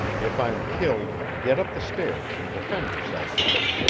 if i'm killed, get up the stairs and defend yourself with it.